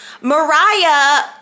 Mariah